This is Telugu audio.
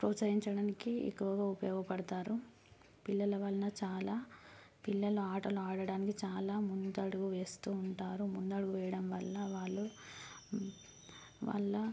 ప్రోత్సహించడానికి ఎక్కువగా ఉపయోగపడతారు పిల్లల వలన చాలా పిల్లలు ఆటలు ఆడటానికి చాలా ముందడుగు వేస్తు ఉంటారు ముందడుగు వేయడంవల్ల వాళ్ళు వాళ్ళ